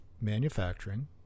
manufacturing